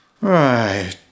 Right